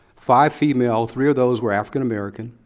five female, three of those were african-american.